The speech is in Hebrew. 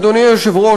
אדוני היושב-ראש,